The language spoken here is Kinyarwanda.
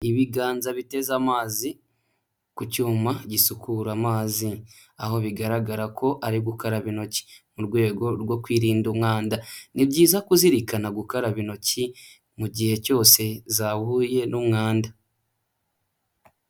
Ibiganza biteze amazi ku cyuma gisukura amazi, aho bigaragara ko ari gukaraba intoki mu rwego rwo kwirinda umwanda. Ni byiza kuzirikana gukaraba intoki mu gihe cyose zahuye n'umwanda.